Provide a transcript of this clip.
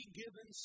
given